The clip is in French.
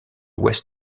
ouest